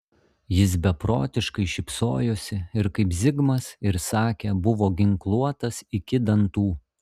jis beprotiškai šypsojosi ir kaip zigmas ir sakė buvo ginkluotas iki dantų